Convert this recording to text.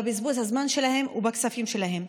לבזבוז הזמן שלהם והכספים שלהם.